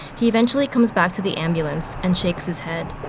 he eventually comes back to the ambulance and shakes his head.